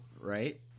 right